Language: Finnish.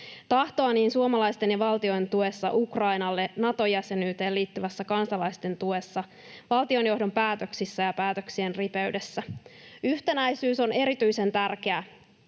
tahtoa niin suomalaisten kuin valtion tuessa Ukrainalle, Nato-jäsenyyteen liittyvässä kansalaisten tuessa, valtionjohdon päätöksissä ja päätöksien ripeydessä. Yhtenäisyys on erityisen tärkeää